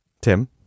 Tim